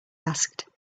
asked